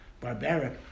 barbaric